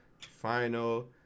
Final